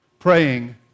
Praying